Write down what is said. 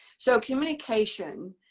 so communication,